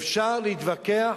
אפשר להתווכח,